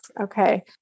Okay